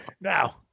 Now